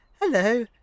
Hello